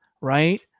right